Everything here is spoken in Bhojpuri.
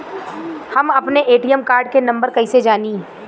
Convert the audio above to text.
हम अपने ए.टी.एम कार्ड के नंबर कइसे जानी?